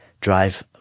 drive